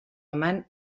amant